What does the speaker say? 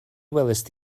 welaist